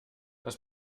das